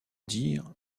dire